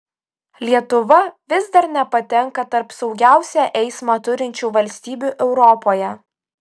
lietuva vis dar nepatenka tarp saugiausią eismą turinčių valstybių europoje